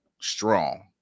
strong